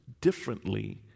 differently